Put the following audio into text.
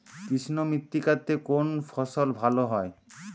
কৃষ্ণ মৃত্তিকা তে কোন ফসল ভালো হয়?